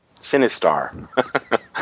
Sinistar